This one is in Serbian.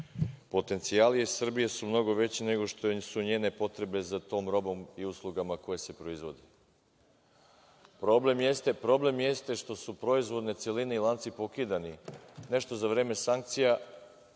Potencijali Srbije su mnogo veće nego što su njene potrebe za tom robom i uslugama koje se proizvode. Problem jeste što su proizvodne celine i lanci pokidani. Nešto za vreme sankcija,